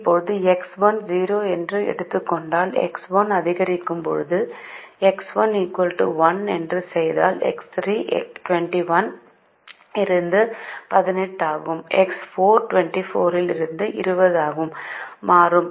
இப்போது X1 ௦ என்று எடுத்துக்கொண்டால் X1 அதிகரிக்கும்போது X1 1 என்று செய்தால் X3 21 ல் இருந்து 18 ஆகவும் X 4 24 ல் இருந்து 20 ஆகவும் மாறும்